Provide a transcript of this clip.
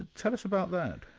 ah tell us about that.